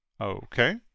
Okay